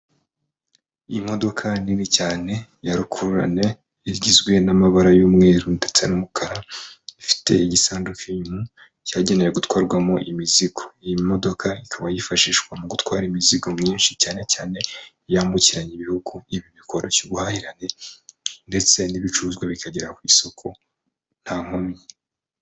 Imodoka nini cyane ya rukururane igizwe n'amabara y'umweru ndetse n'umukara, ifite igisanduku inyuma, cyagenewe gutwarwamo imizigo. Iyi modoka ikaba yifashishwa mu gutwara imizigo myinshi cyane cyane yambukiranya ibihugu, ibi bikoroshya ubuhahirane ndetse n'ibicuruzwa bikagera ku isoku nta nkomyi.